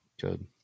good